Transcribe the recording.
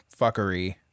fuckery